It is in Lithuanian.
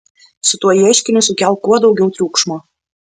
su tuo ieškiniu sukelk kuo daugiau triukšmo